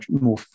more